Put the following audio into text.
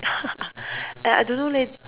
I don't know leh